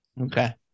Okay